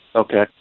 Okay